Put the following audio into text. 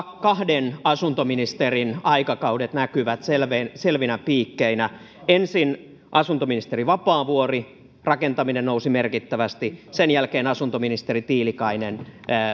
kahden asuntoministerin aikakaudet näkyvät selvinä selvinä piikkeinä ensin asuntoministeri vapaavuori rakentaminen nousi merkittävästi sen jälkeen asuntoministeri tiilikainen